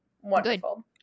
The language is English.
wonderful